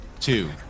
two